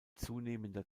zunehmender